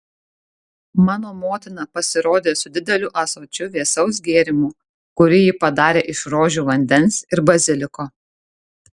mano motina pasirodė su dideliu ąsočiu vėsaus gėrimo kurį ji padarė iš rožių vandens ir baziliko